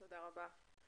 תודה רבה.